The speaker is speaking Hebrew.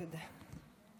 תודה.